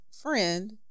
friend